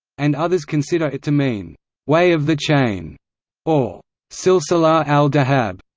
and others consider it to mean way of the chain or silsilat al-dhahab.